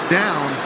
down